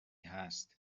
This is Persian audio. هست